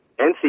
NC